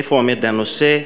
איפה עומד הנושא?